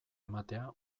ematea